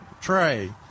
tray